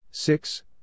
Six